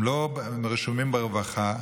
הם לא רשומים ברווחה,